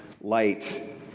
light